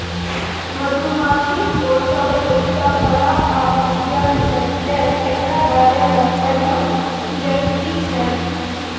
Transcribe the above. मधुमाछी पोसब एकटा कला आर बिज्ञान छै तैं एकरा बारे मे पढ़ब जरुरी छै